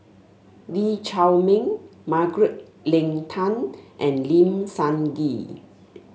Lee Chiaw Meng Margaret Leng Tan and Lim Sun Gee